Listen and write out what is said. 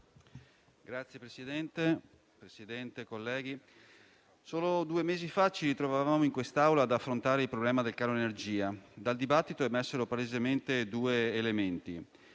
*(M5S)*. Signor Presidente, colleghi, solo due mesi fa ci trovavamo in quest'Aula ad affrontare il problema del caro energia. Dal dibattito emersero palesemente due elementi: